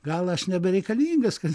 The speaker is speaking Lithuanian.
gal aš nebereikalingas kad